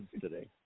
today